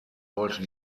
sollte